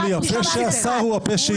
טלי, הפה שאסר הוא הפה שהתיר.